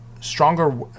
stronger